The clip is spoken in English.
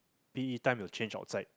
P_E time you change outside